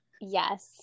Yes